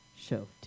Show